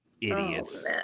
Idiots